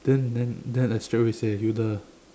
then then then I straight away say you the